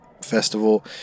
festival